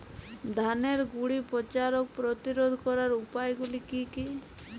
ধানের গুড়ি পচা রোগ প্রতিরোধ করার উপায়গুলি কি কি?